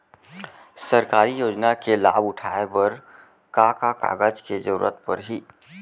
सरकारी योजना के लाभ उठाए बर का का कागज के जरूरत परही